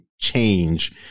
change